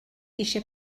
eisiau